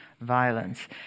violence